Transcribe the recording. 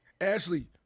Ashley